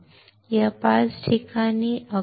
या 5 ठिकाणी अखंड